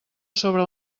sobre